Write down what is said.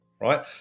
right